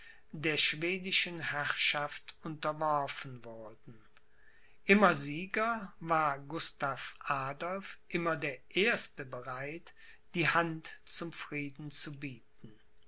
der schwedischen herrschaft unterworfen wurden immer sieger war gustav adolph immer der erste bereit die hand zum frieden zu bieten